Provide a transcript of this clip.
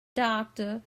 doctor